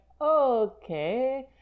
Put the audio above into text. okay